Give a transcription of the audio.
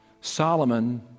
Solomon